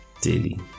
daily